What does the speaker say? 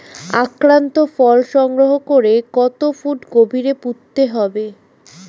আক্রান্ত ফল সংগ্রহ করে কত ফুট গভীরে পুঁততে হবে?